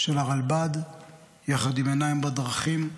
של הרלב"ד יחד עם "עיניים בדרכים",